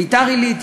ביתר-עילית,